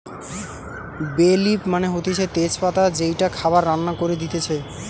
বে লিফ মানে হতিছে তেজ পাতা যেইটা খাবার রান্না করে দিতেছে